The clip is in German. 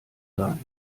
sein